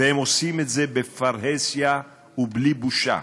והם עושים את זה בפרהסיה ובלי בושה.